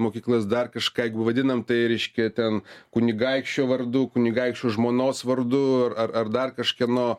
mokyklas dar kažką jeigu vadinam tai reiškia ten kunigaikščio vardu kunigaikščio žmonos vardu ar ar ar dar kažkieno